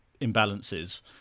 imbalances